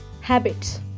habits